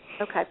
Okay